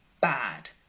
bad